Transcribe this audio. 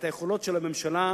לא לצורך מתן פתרונות,